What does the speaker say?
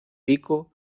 pico